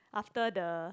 after the